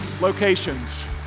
locations